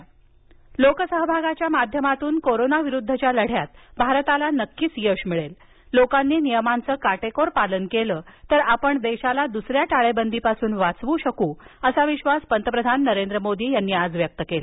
पंतप्रधान लोकसहभागाच्या माध्यमातून कोरोना विरुद्धच्या लढ्यात भारताला नक्की यश मिळेल लोकांनी नियमांचं काटेकोर पालन केलं तर आपण देशाला दुसऱ्या टाळेबंदीपासून वाचवू शकू असा विश्वास पंतप्रधान नरेंद्र मोदी यांनी आज व्यक्त केला